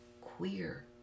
queer